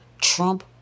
Trump